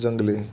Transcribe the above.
जंगले